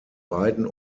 beiden